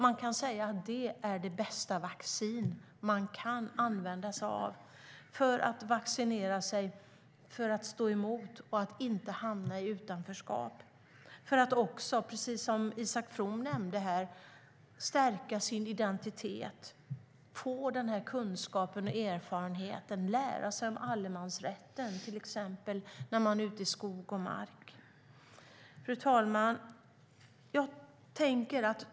Man kan säga att det är det bästa vaccin man kan använda sig av för att stå emot och inte hamna i utanförskap men också för att, som Isak From nämnde, stärka sin identitet, få kunskap och erfarenhet och lära sig till exempel om allemansrätten i samband med vistelse ute i skog och mark. Fru talman!